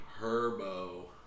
Herbo